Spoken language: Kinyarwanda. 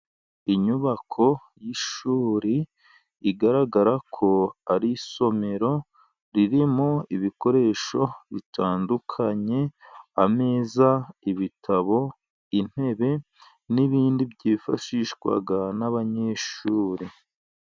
Inyubako y'ishuri igaragara ko ari isomero, ririmo ibikoresho bitandukanye, ameza, ibitabo, intebe, n'ibindi bitandukanye byifashishwa n'abanyeshuri.